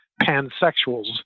pansexuals